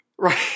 Right